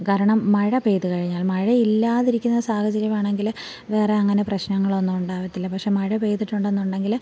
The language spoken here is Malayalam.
കാരണം മഴ പെയ്തു കഴിഞ്ഞാൽ മഴ ഇല്ലാതിരിക്കുന്ന സാഹചര്യമാണെങ്കിൽ വേറെ അങ്ങനെ പ്രശ്നങ്ങളൊന്നും ഉണ്ടാവത്തില്ല പഷെ മഴ പെയ്തിട്ടുണ്ട് എന്നുണ്ടെങ്കിൽ